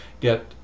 get